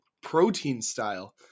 protein-style